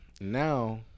now